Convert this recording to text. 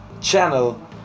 channel